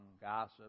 gossip